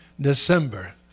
December